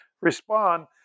respond